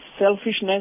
selfishness